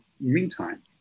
meantime